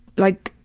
like,